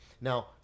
Now